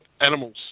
animals